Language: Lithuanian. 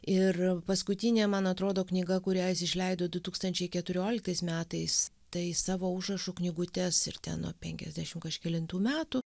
ir paskutinė man atrodo knyga kurią jis išleido du tūkstančiai keturioliktais metais tai savo užrašų knygutes ir ten nuo penkiasdešim kažkelintų metų